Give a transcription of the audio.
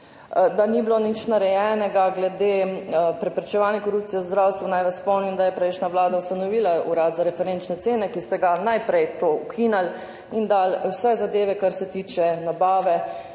da ni bilo nič narejenega glede preprečevanja korupcije v zdravstvu. Naj vas spomnim, da je prejšnja vlada ustanovila urad za referenčne cene, ki ste ga najprej ukinili in dali vse zadeve, kar se tiče nabave